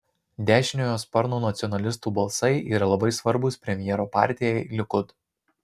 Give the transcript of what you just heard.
dešiniojo sparno nacionalistų balsai yra labai svarbūs premjero partijai likud